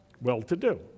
well-to-do